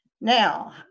Now